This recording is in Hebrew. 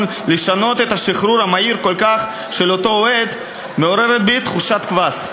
לשנות את השחרור המהיר כל כך של אותו אוהד מעוררת בי תחושת קבס.